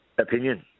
opinion